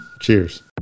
cheers